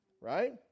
Right